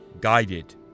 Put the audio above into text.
guided